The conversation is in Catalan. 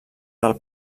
del